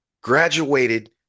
Graduated